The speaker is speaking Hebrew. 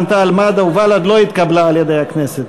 רע"ם-תע"ל-מד"ע ובל"ד לא התקבלה על-ידי הכנסת.